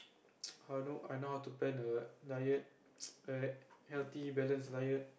how know I know how to plan a diet alright healthy balance diet